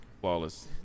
flawless